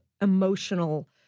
emotional